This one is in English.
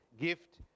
gift